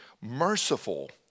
Merciful